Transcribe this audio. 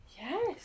Yes